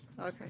Okay